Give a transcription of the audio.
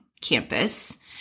campus